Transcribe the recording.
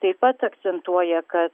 taip pat akcentuoja kad